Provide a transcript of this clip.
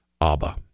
ABBA